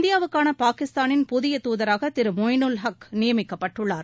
இந்தியாவுக்கான பாகிஸ்தானின் புதிய தூதராக திரு மொய்னுல் ஹக் நியமிக்கப்பட்டுள்ளார்